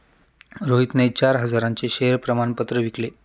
रोहितने चार हजारांचे शेअर प्रमाण पत्र विकले